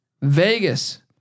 Vegas